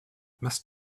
must